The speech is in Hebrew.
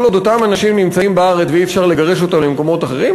כל עוד אותם אנשים נמצאים בארץ ואי-אפשר לגרש אותם למקומות אחרים,